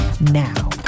now